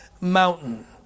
mountain